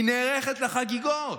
היא נערכת לחגיגות.